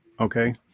Okay